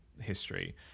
history